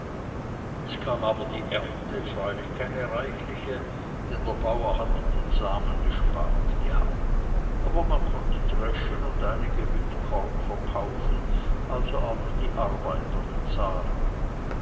es kam aber die ernte freilich keine reichliche denn der bauer hatte den samen gespart gehabt aber man konnte dreschen und einige mütt korn verkaufen also auch die arbeiter bezahlen